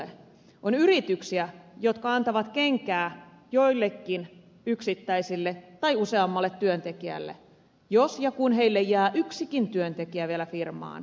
on yrityksiä jotka antavat kenkää joillekin yksittäisille tai useammalle työntekijälle jos ja kun heille jää yksikin työntekijä vielä firmaan